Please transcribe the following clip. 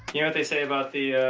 yeah they say about the,